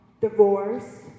divorce